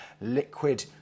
liquid